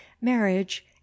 marriage